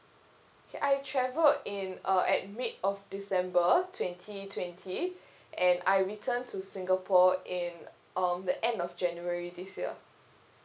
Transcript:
okay I travelled in uh at mid of december twenty twenty and I returned to singapore in um the end of january this year